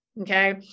okay